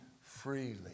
freely